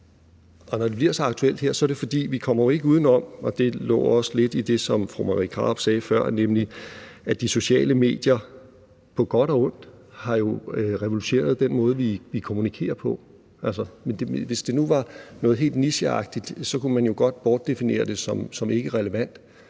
når det bliver så aktuelt her, er det, fordi vi ikke kommer uden om – og det lå også lidt i det, som fru Marie Krarup sagde før – at de sociale medier på godt og ondt jo har revolutioneret den måde, vi kommunikerer på. Altså, hvis det nu var noget helt nicheagtigt, så kunne man jo godt bortdefinere det som ikkerelevant.